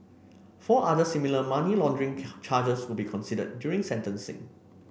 four other similar money laundering charges will be considered during sentencing